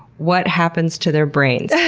what happens to their brains?